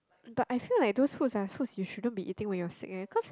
but I feel like those foods are foods you should not be eating when you're sick eh cause